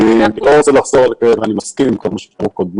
אני מסכים עם כל מה שאמרו קודמיי